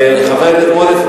חבר הכנסת מוזס,